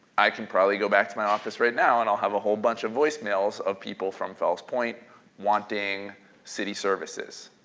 i can probably go back to my office right now and i'll have a whole bunch of voicemails of people from fells point wanting city services.